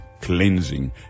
cleansing